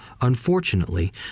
unfortunately